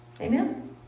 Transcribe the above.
Amen